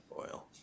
oil